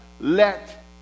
let